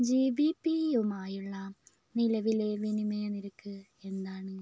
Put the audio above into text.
G B പിയുമായുള്ള നിലവിലെ വിനിമയനിരക്ക് എന്താണ്